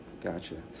Gotcha